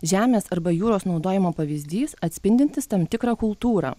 žemės arba jūros naudojimo pavyzdys atspindintis tam tikrą kultūrą